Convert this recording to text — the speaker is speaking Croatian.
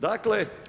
Dakle